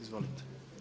Izvolite.